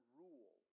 rule